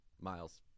Miles